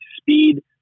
speed